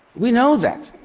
we know that.